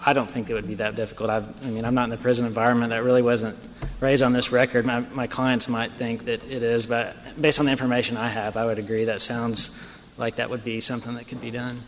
i don't think it would be that difficult i mean i'm not the president vironment i really wasn't raised on this record my clients might think that it is but based on the information i have i would agree that sounds like that would be something that could be done